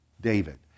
David